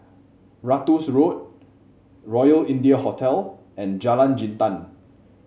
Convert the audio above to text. Ratus Road Royal India Hotel and Jalan Jintan